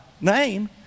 name